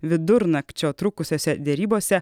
vidurnakčio trukusiose derybose